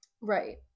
Right